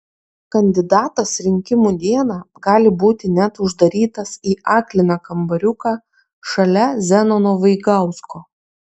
kandidatas rinkimų dieną gali būti net uždarytas į akliną kambariuką šalia zenono vaigausko